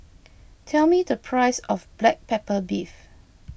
tell me the price of Black Pepper Beef